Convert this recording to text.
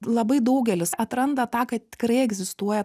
labai daugelis atranda tą kad tikrai egzistuoja